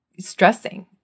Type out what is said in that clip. stressing